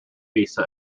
visa